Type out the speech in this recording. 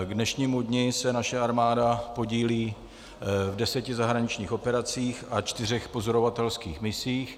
K dnešnímu dni se naše armáda podílí v deseti zahraničních operacích a čtyřech pozorovatelských misích.